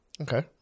Okay